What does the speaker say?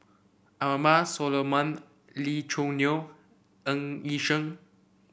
Abraham Solomon Lee Choo Neo Ng Yi Sheng